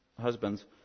husbands